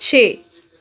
ਛੇ